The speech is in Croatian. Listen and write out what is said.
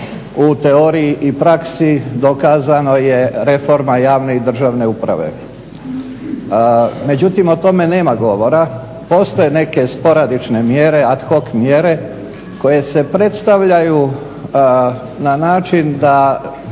u teoriji i praksi dokazano je reforma javne i državne uprave. Međutim o tome nema govora. Postoje neke sporadične mjere, ad hoc mjere koje se predstavljaju na način da